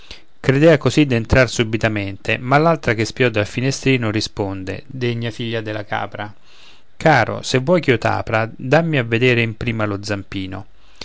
credea così d'entrar subitamente ma l'altra che spiò dal finestrino risponde degna figlia della capra caro se vuoi ch'io t'apra dammi a vedere in prima lo zampino